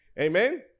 Amen